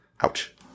ouch